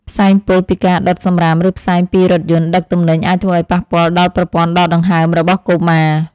ផ្សែងពុលពីការដុតសំរាមឬផ្សែងពីរថយន្តដឹកទំនិញអាចធ្វើឱ្យប៉ះពាល់ដល់ប្រព័ន្ធដកដង្ហើមរបស់កុមារ។